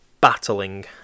battling